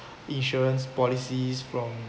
insurance policies from